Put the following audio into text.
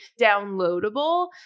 downloadable